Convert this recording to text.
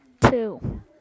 two